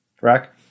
Rack